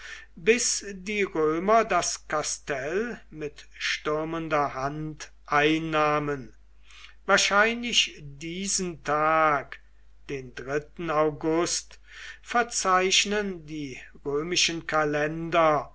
bis die römer das kastell mit stürmender hand einnahmen wahrscheinlich diesen tag den august verzeichnen die römischen kalender